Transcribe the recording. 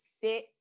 sit